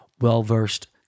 well-versed